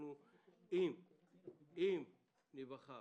שאם ניווכח